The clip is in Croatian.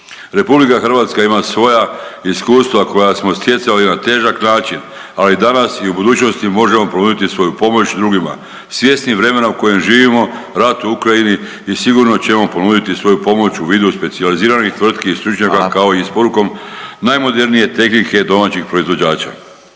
RH ima svoja iskustva koja smo stjecali na težak način, ali danas i u budućnosti možemo ponuditi svoju pomoć drugima, svjesni vremena u kojem živimo, rat u Ukrajini i sigurno ćemo ponuditi svoju pomoć u vidu specijaliziranih tvrtki i stručnjaka…/Upadica Radin: Hvala/…kao i isporukom najmodernije tehnike domaćih proizvođača,